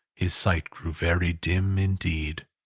his sight grew very dim indeed.